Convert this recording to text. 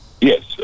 Yes